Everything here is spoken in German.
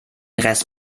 rest